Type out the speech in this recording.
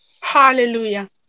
Hallelujah